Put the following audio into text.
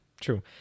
True